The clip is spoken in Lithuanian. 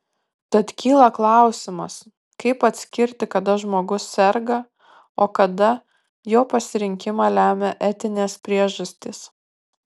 tad kyla klausimas kaip atskirti kada žmogus serga o kada jo pasirinkimą lemia etinės priežastys